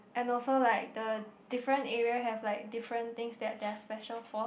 and also like the different area have like different things that they are special for